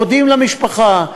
מודיעים למשפחה.